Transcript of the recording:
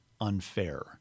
unfair